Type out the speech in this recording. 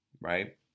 Right